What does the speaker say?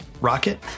rocket